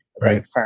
right